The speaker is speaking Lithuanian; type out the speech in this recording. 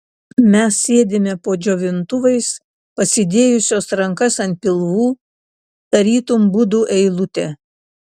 mes sėdime po džiovintuvais pasidėjusios rankas ant pilvų tarytum budų eilutė